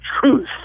truth